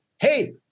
Hey